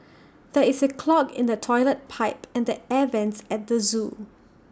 there is A clog in the Toilet Pipe and the air Vents at the Zoo